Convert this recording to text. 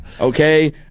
Okay